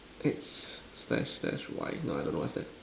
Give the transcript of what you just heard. hey slash slash why I don't know what's that